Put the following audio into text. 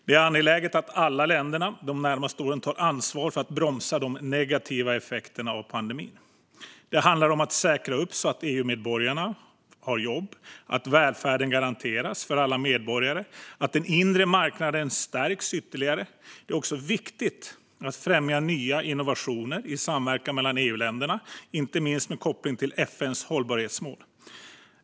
Det är angeläget att alla EU-länder de närmaste åren tar ansvar för att bromsa de negativa effekterna av pandemin. Det handlar om att säkra upp så att EU-medborgarna har jobb, att välfärden garanteras för alla medborgare och att den inre marknaden stärks ytterligare. Det är viktigt att främja innovationer i samverkan mellan EU-länderna, inte minst med koppling till FN:s hållbarhetsmål.